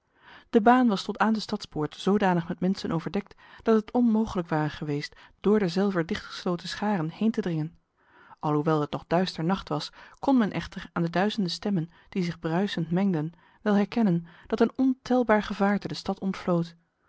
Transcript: de baan was tot aan de stadspoort zodanig met mensen overdekt dat het onmogelijk ware geweest door derzelver dichtgesloten scharen heen te dringen alhoewel het nog duister nacht was kon men echter aan de duizenden stemmen die zich bruisend mengden wel herkennen dat een ontelbaar gevaarte de stad